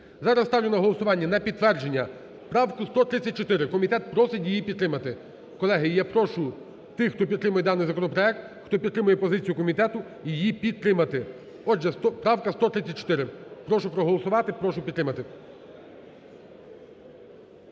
Зараз ставлю на голосування на підтвердження правку 134. Комітет просить її підтримати. Колеги, я прошу тих, хто підтримує даний законопроект, хто підтримує позицію комітету, її підтримати. Отже, правка 134. Прошу проголосувати. Прошу підтримати.